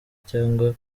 cyangwa